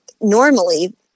normally